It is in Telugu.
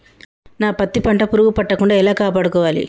నా పత్తి పంట పురుగు పట్టకుండా ఎలా కాపాడుకోవాలి?